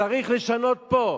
צריך לשנות פה.